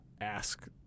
ask